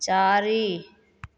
चारि